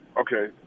okay